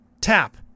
Tap